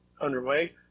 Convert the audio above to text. underway